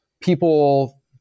people